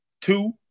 Two